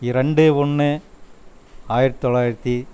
இரண்டு ஒன்று ஆயிரத்து தொளாயிரத்து